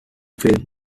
films